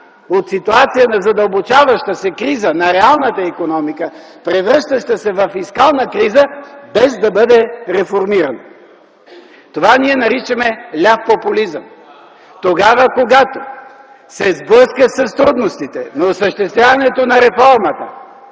от ситуация на задълбочаваща се криза на реалната икономика, превръщаща се във фискална криза, без да бъде реформирана? Това ние наричаме ляв популизъм! Тогава, когато се сблъскаш с трудностите на осъществяването на реформата